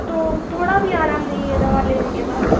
تو تھوڑا بھی آرام نہیں ہے دوا لینے کے بعد